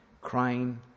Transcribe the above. crying